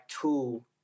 Tool